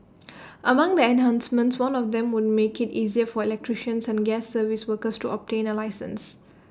among the enhancements one of them would make IT easier for electricians and gas service workers to obtain A licence